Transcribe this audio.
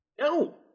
No